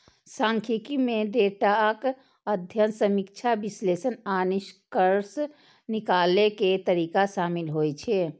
सांख्यिकी मे डेटाक अध्ययन, समीक्षा, विश्लेषण आ निष्कर्ष निकालै के तरीका शामिल होइ छै